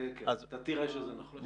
אתה תראה שזה נכון.